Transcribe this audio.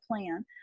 plan